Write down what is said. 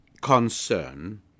concern